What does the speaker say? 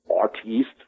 artiste